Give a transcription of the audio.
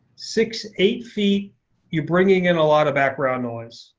six, eight feet you bring in a lot of background noise.